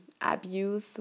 abuse